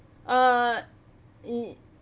uh